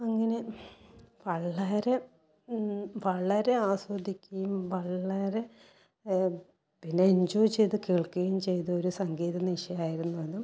അങ്ങനെ വളരെ വളരെ ആസ്വദിക്കുകയും വളരെ പിന്നെ എൻജോയ് ചെയ്ത് കേൾക്കുകയും ചെയ്ത ഒരു സംഗീത നിശ ആയിരുന്നു അത്